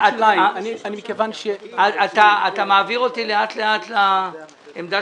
מכיוון ש -- אתה מעביר אותי לאט לאט לעמדה